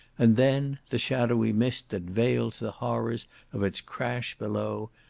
and then, the shadowy mist that veils the horrors of its crash below,